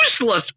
useless